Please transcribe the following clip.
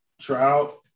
Trout